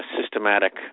systematic